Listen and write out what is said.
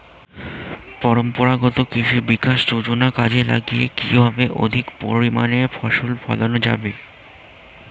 পরম্পরাগত কৃষি বিকাশ যোজনা কাজে লাগিয়ে কিভাবে অধিক পরিমাণে ফসল ফলানো যাবে?